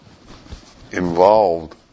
involved